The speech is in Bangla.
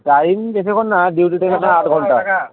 টাইম বেশিখণ না ডিউটি থেকে তো আধ ঘন্টা